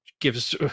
gives